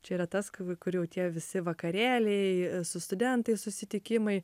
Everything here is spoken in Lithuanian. čia yra tas kur jau tie visi vakarėliai su studentais susitikimai